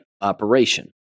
operation